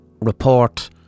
report